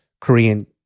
Korean